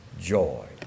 joy